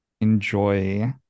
enjoy